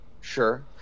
sure